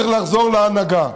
צריך לחזור להנהגה.